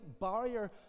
barrier